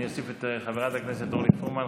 אני אוסיף את חברת הכנסת אורלי פרומן,